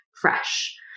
fresh